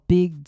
Big